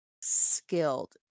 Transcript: skilled